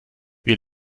wir